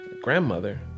grandmother